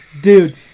Dude